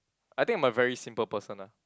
I think I'm a very simple person lah